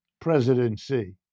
presidency